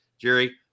Jerry